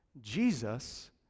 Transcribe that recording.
Jesus